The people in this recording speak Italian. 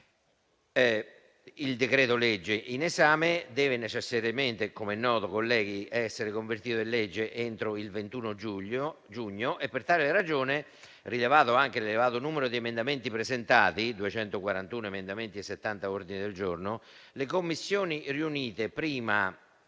colleghi - deve necessariamente essere convertito in legge entro il 21 giugno e per tale ragione, rilevato anche l'elevato numero di emendamenti presentati (241 emendamenti e 70 ordini del giorno), le Commissioni riunite 1a